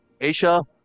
Aisha